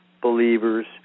believers